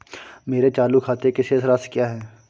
मेरे चालू खाते की शेष राशि क्या है?